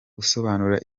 gusobanura